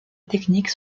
technique